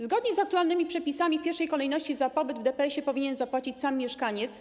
Zgodnie z aktualnymi przepisami w pierwszej kolejności za pobyt w DPS-ie powinien zapłacić sam mieszkaniec.